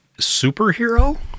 Superhero